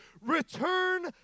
return